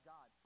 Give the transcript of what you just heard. God